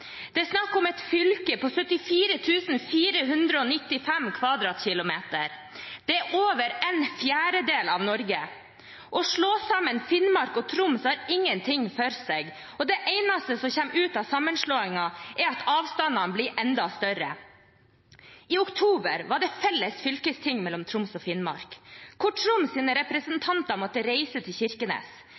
Det er snakk om et fylke på 74 495 km2. Det er over en fjerdedel av Norge. Å slå sammen Finnmark og Troms har ingenting for seg. Det eneste som kommer ut av sammenslåingen, er at avstandene blir enda større. I oktober var det felles fylkesting mellom Troms og Finnmark, der Troms’ representanter måtte reise til Kirkenes.